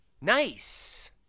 Nice